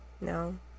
No